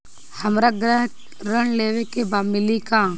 हमरा गृह ऋण लेवे के बा मिली का?